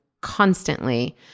constantly